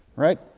right?